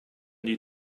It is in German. die